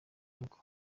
imvugo